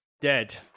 dead